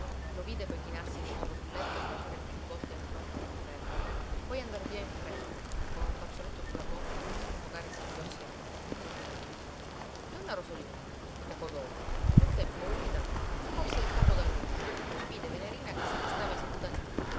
lo vide poi chinarsi di nuovo sul letto a baciare piú volte in fronte l'infermo poi andar via in fretta con un fazzoletto su la bocca per soffocare i singhiozzi irrompenti donna rosolina poco dopo tutta impaurita sporse il capo dall'uscio e vide venerina che se ne stava seduta lí